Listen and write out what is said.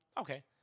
Okay